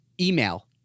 Email